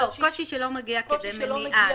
לא, קושי שלא מגיע כדי מניעה.